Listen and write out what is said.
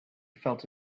felt